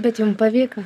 bet jum pavyko